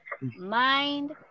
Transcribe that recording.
mind